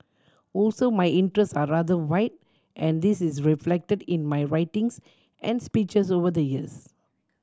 also my interest are rather wide and this is reflected in my writings and speeches over the years